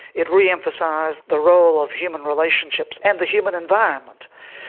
it re-emphasised the role of human relationships and the human environment.